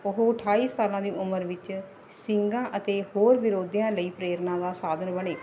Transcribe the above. ਉਹ ਅਠਾਈ ਸਾਲਾਂ ਦੀ ਉਮਰ ਵਿੱਚ ਸਿੰਘਾਂ ਅਤੇ ਹੋਰ ਵਿਰੋਧੀਆਂ ਲਈ ਪ੍ਰੇਰਨਾ ਦਾ ਸਾਧਨ ਬਣੇ